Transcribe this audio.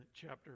chapter